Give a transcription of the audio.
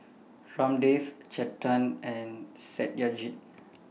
Ramdev Chetan and Satyajit